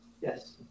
Yes